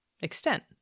extent